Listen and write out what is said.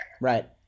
Right